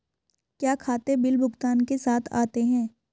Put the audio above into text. क्या खाते बिल भुगतान के साथ आते हैं?